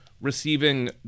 receiving